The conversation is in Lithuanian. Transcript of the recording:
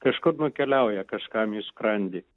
kažkur nukeliauja kažkam į skrandį